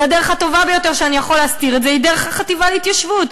והדרך הטובה ביותר שבה אני יכול להסתיר את זה היא דרך החטיבה להתיישבות.